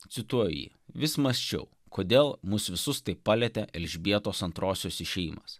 cituoju jį vis mąsčiau kodėl mus visus taip palietė elžbietos antrosios išėjimas